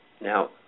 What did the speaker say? now